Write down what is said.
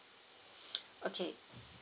okay